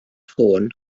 ffôn